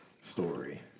story